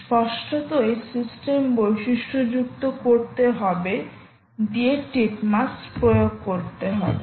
স্পষ্টতই সিস্টেম বৈশিষ্ট্যযুক্ত করতে হবে দিয়ে টিপ মাস প্রয়োগ করতে হবে